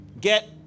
get